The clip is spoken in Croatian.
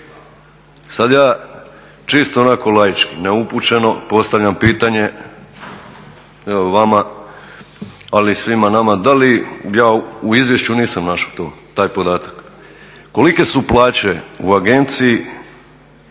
Sad ja čisto onako laički, neupućeno, postavljam pitanje evo vama ali i svima nama, da li, ja u izvješću nisam našao to, taj podatak, kolike su plaće u agenciji